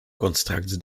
constructs